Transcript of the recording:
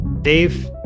Dave